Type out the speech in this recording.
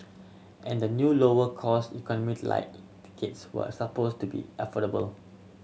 and the new lower cost Economy Lite tickets were supposed to be affordable